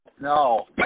No